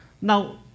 Now